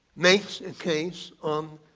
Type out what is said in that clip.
makes a case on